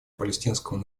палестинского